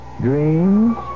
dreams